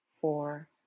four